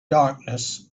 darkness